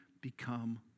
become